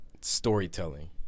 storytelling